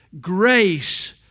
Grace